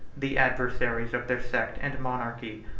the adversaries of their sect and monarchy.